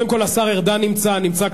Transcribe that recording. קודם כול השר ארדן נמצא,